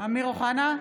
אמיר אוחנה,